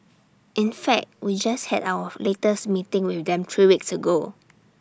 in fact we just had our latest meeting with them three weeks ago